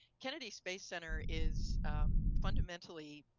kennedy space center is fundamentally